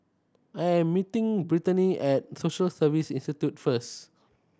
I am meeting Brittnay at Social Service Institute first